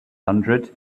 hundred